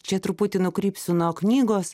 čia truputį nukrypsiu nuo knygos